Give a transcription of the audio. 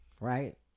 right